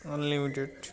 unlimited